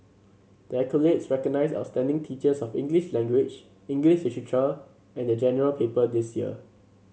the accolades recognise outstanding teachers of English language English literature and the General Paper this year